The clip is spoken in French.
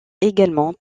également